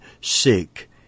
sick